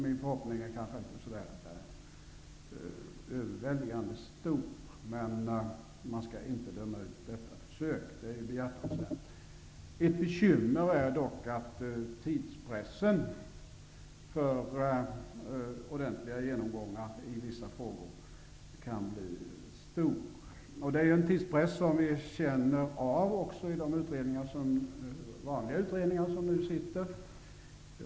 Min förhoppning är kanske inte så överväldigande stor, men man skall inte döma ut detta försök för det är behjärtansvärt. Ett bekymmer är dock att tidspressen inför ordentliga genomgångar av vissa frågor kan bli stor. Vi känner av tidspress också i fråga om de vanliga utredningar som nu sitter.